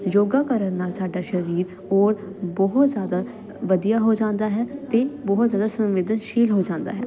ਯੋਗਾ ਕਰਨ ਨਾਲ ਸਾਡਾ ਸਰੀਰ ਹੋਰ ਬਹੁਤ ਜ਼ਿਆਦਾ ਵਧੀਆ ਹੋ ਜਾਂਦਾ ਹੈ ਅਤੇ ਬਹੁਤ ਜ਼ਿਆਦਾ ਸੰਵੇਦਨਸ਼ੀਲ ਹੋ ਜਾਂਦਾ ਹੈ